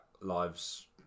Lives